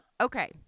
Okay